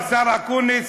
השר אקוניס,